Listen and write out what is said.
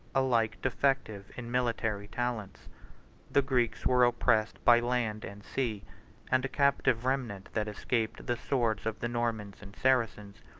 alike defective in military talents the greeks were oppressed by land and sea and a captive remnant that escaped the swords of the normans and saracens,